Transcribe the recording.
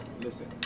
Listen